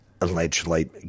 Allegedly